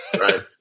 Right